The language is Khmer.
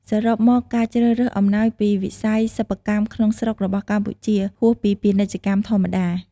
សរុបមក ការជ្រើសរើសអំណោយពីវិស័យសិប្បកម្មក្នុងស្រុករបស់កម្ពុជា ហួសពីពាណិជ្ជកម្មធម្មតា។